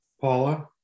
Paula